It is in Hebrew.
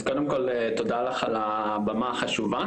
אז קודם כל, תודה לך על הבמה החשובה,